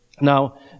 Now